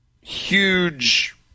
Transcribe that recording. huge